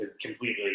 completely